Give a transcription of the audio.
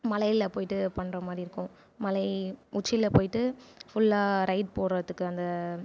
மலையில போய்விட்டு பண்ணுறமாறிருக்கும் மலை உச்சியில போய்விட்டு ஃபுல்லாக ரைடு போகறத்துக்கு அந்த